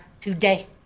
today